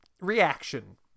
reaction